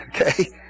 Okay